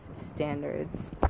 standards